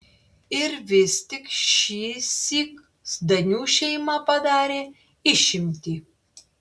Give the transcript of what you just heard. ir vis tik šįsyk zdanių šeima padarė išimtį